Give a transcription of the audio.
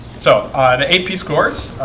so the eight piece course,